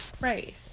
Right